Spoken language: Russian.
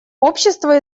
общество